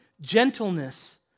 gentleness